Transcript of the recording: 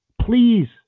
Please